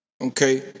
okay